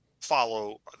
follow